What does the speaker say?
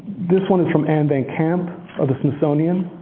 this one is from anne van camp of the smithsonian.